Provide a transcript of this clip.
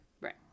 Right